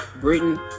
Britain